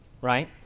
Right